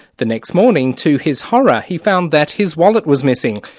the next morning, to his horror, he found that his wallet was missing.